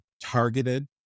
targeted